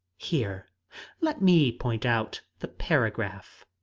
here let me point out the paragraph.